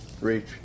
reach